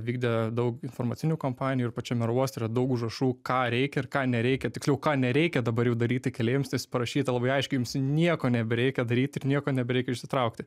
vykdė daug informacinių kompanijų ir pačiame oro uoste yra daug užrašų ką reikia ir ką nereikia tiksliau ką nereikia dabar jau daryti keleiviams nes parašyta labai aiškiai jums nieko nebereikia daryt ir nieko nebereikia išsitraukti